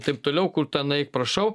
taip toliau kur ten nueik prašau